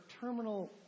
terminal